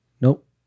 Nope